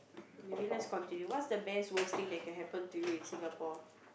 maybe let's continue what's the best worst thing that can happen to you in Singapore